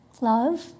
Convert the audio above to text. Love